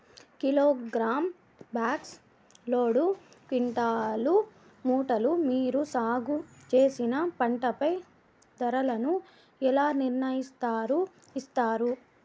Kilogram, box, load, క్వింటాలు, మూటలు మీరు సాగు చేసిన పంటపై ధరలను ఎలా నిర్ణయిస్తారు యిస్తారు?